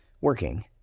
working